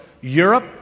Europe